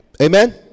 Amen